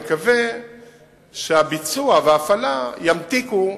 אני מקווה שהביצוע וההפעלה ימתיקו